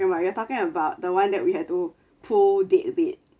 about you are talking about the one that we had to pull dead weight